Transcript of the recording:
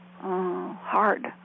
hard